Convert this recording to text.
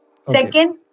Second